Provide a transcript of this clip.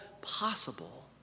possible